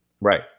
Right